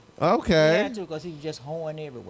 Okay